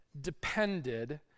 depended